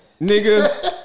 Nigga